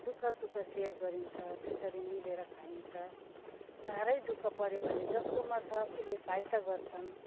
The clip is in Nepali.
दु ख सुख सेयर गरिन्छ त्यसरी मिलेर खाइन्छ साह्रै दु ख पऱ्यो भने जसकोमा छ उसले सहायता गर्छन्